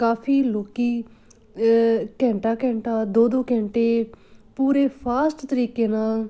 ਕਾਫੀ ਲੋਕ ਘੰਟਾ ਘੰਟਾ ਦੋ ਦੋ ਘੰਟੇ ਪੂਰੇ ਫਾਸਟ ਤਰੀਕੇ ਨਾਲ